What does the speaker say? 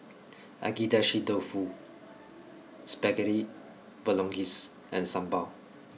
Agedashi Dofu Spaghetti Bolognese and Sambar